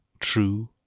true